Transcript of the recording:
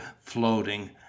floating